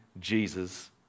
Jesus